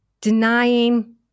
denying